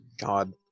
God